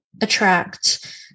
attract